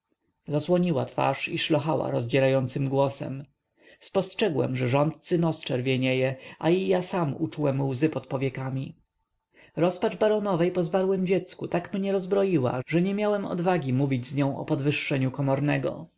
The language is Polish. zasłoniła twarz i szlochała rozdzierającym głosem spostrzegłem że rządcy nos czerwienieje a i ja sam uczułem łzy pod powiekami rozpacz baronowej po zmarłem dziecku tak mnie rozbroiła że nie miałem odwagi mówić z nią o podwyższeniu komornego